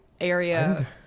area